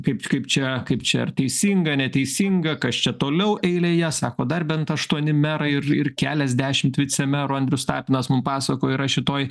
kaip kaip čia kaip čia ar teisinga neteisinga kas čia toliau eilėje sako dar bent aštuoni merai ir ir keliasdešimt vicemerų andrius tapinas mum pasakojo yra šitoj